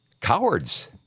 Cowards